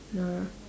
Nora